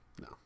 no